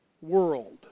world